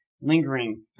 lingering